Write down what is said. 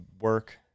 work